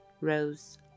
Rose